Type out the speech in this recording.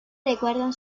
recuerdan